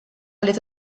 lit